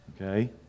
Okay